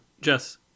Jess